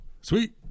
Sweet